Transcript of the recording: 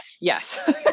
Yes